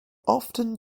often